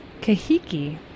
Kahiki